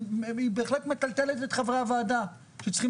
היא בהחלט מטלטלת את חברי הוועדה שצריכים